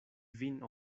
vin